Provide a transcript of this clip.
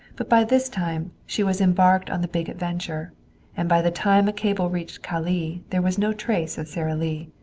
but by this time she was embarked on the big adventure and by the time a cable reached calais there was no trace of sara lee.